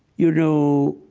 you know,